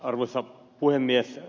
arvoisa puhemies